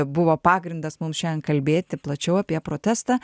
buvo pagrindas mums šiandien kalbėti plačiau apie protestą